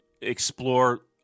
explore